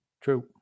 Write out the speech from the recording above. True